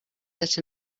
that